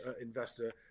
investor